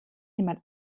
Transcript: jemand